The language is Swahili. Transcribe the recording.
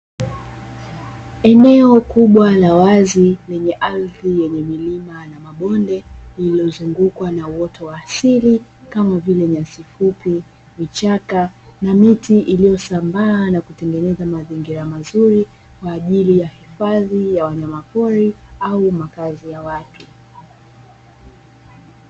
Eneo kubwa la wazi lenye ardhi yenye milima na mabonde iliyozungukwa na uoto wa asili kama vile nyasi fupi, vichaka na miti iliyosambaa na kutengeneza mazingira mazuri kwajili ya hifadhi ya wanyamapori au makazi ya watu.